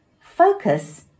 focus